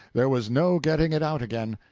there was no getting it out again.